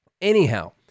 anyhow